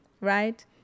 right